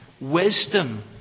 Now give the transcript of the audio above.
wisdom